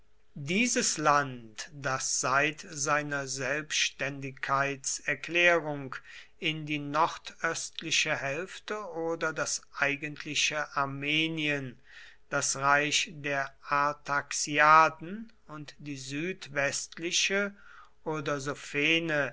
dieses land das seit seiner selbständigkeitserklärung in die nordöstliche hälfte oder das eigentliche armenien das reich der artaxiaden und die südwestliche oder sophene